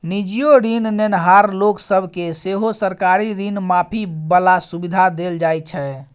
निजीयो ऋण नेनहार लोक सब केँ सेहो सरकारी ऋण माफी बला सुविधा देल जाइ छै